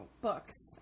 books